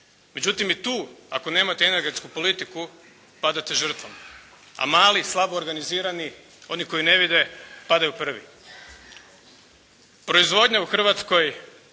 Međutim, i tu ako nemate energetsku politiku padate žrtvom, a mali, slabo organizirani, oni koji ne vide padaju prvi. Proizvodnja u Hrvatskoj